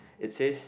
it says